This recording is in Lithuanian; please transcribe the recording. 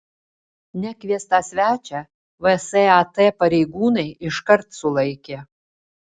nekviestą svečią vsat pareigūnai iškart sulaikė